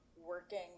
working